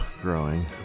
growing